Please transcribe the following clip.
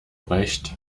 recht